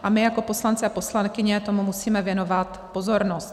A my jako poslanci a poslankyně tomu musíme věnovat pozornost.